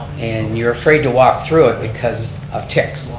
and you're afraid to walk through it because of ticks.